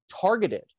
targeted